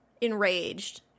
enraged